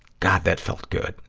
god, that felt good.